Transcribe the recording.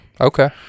Okay